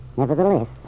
Nevertheless